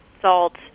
salt